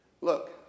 Look